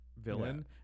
villain